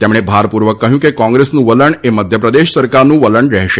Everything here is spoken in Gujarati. તેમણે ભારપૂર્વક કહ્યું કે કોંગ્રેસનું વલણ એ મધ્યપ્રદેશ સરકારનું વલણ રહેશે